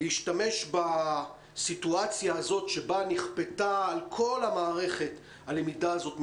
להשתמש בסיטואציה הזאת שבה נכפתה על כל המערכת הלמידה הזאת מרחוק,